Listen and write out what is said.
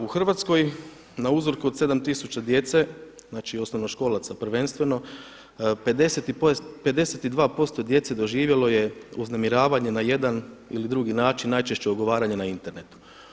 U Hrvatskoj na uzorku od 7000 djece, znači osnovnoškolaca prvenstveno 52% djece doživjelo je uznemiravanje na jedan ili drugi način najčešće ogovaranje na internetu.